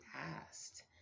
asked